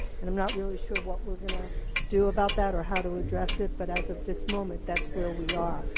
and i'm not really sure what we're going to do about that or how to address it, but as of this moment that's where we are.